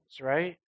right